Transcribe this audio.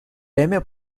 lemay